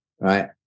right